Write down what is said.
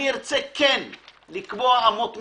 אני ארצה לקבוע אמות מידה,